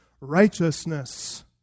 righteousness